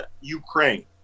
Ukraine